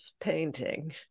painting